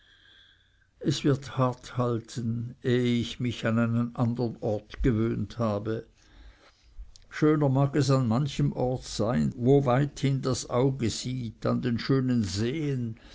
es wird hart halten ehe ich mich an einen andern ort gewöhnt habe schöner mag es an manchem orte sein wo weithin das auge sieht an den schönen seen